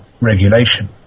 regulation